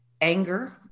anger